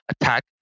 attack